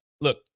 Look